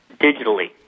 digitally